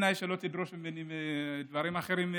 בתנאי שלא תדרוש ממני דברים אחרים,